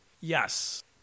Yes